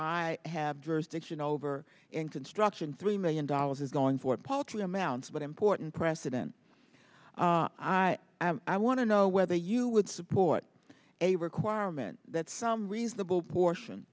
i have jurisdiction over and construction three million dollars is going for poultry amounts but important precedent i i want to know whether you would support a requirement that some reasonable portion